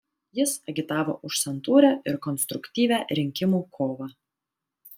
jis agitavo už santūrią ir konstruktyvią rinkimų kovą